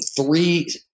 Three